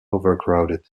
overcrowded